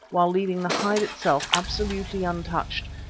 while leaving the hide itself absolutely untouched,